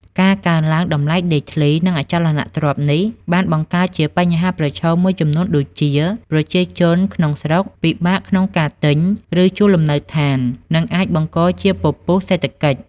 ការកើនឡើងតម្លៃដីធ្លី និងអចលនទ្រព្យនេះ បានបង្កើតជាបញ្ហាប្រឈមមួយចំនួនដូចជា ប្រជាជនក្នុងស្រុកពិបាកក្នុងការទិញ ឬជួលលំនៅឋាន និង អាចបង្កជាពពុះសេដ្ឋកិច្ច។